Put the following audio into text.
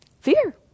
fear